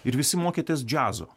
ir visi mokėtės džiazo